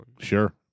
Sure